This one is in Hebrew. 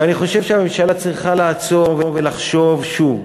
ואני חושב שהממשלה צריכה לעצור ולחשוב שוב,